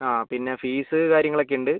ആ പിന്നെ ഫീസ് കാര്യങ്ങളൊക്കെ ഉണ്ട്